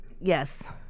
Yes